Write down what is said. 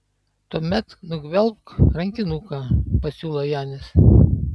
tuomet nugvelbk rankinuką pasiūlo janis